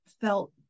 felt